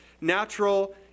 natural